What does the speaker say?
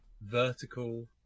vertical